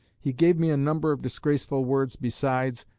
he gave me a number of disgraceful words besides,